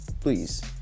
please